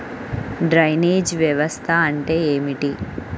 Drainage వ్యవస్థ అంటే ఏమిటి?